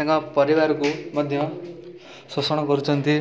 ତାଙ୍କ ପରିବାରକୁ ମଧ୍ୟ ପୋଷଣ କରୁଛନ୍ତି